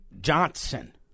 Johnson